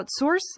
outsource